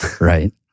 right